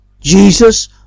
Jesus